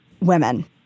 women